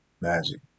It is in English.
magic